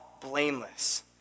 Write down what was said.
blameless